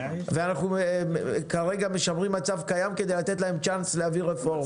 כרגע אנחנו משמרים מצב קיים כדי לתת להם צ'אנס להביא רפורמה.